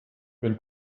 wenn